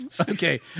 okay